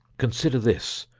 consider this,